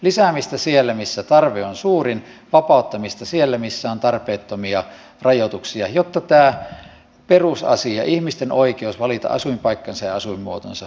lisäämistä siellä missä tarve on suurin vapauttamista siellä missä on tarpeettomia rajoituksia jotta tämä perusasia ihmisten oikeus valita asuinpaikkansa ja asuinmuotonsa voi toteutua